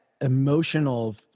emotional